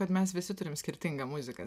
kad mes visi turim skirtingą muziką